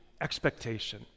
expectation